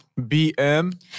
BM